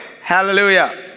Hallelujah